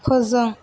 फोजों